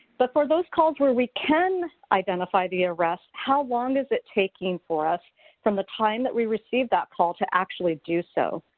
but for those calls when we can identify the arrest, how long does it taking for us from the time that we receive that call to actually do so.